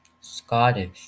Scottish